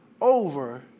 over